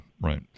right